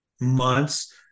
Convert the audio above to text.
months